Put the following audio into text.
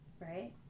right